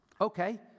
Okay